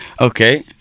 okay